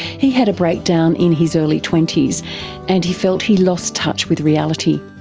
he had a breakdown in his early twenty s and he felt he lost touch with reality.